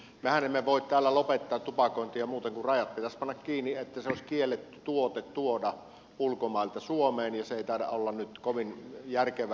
mehän emme voi täällä lopettaa tupakointia muuten kuin panemalla rajat kiinni niin että se olisi kielletty tuote tuoda ulkomailta suomeen ja se ei taida olla nyt kovin järkevää